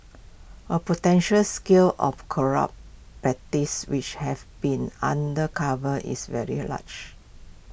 all potential scale of corrupt practices which have been under covered is very large